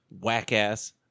whack-ass